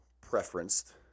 preference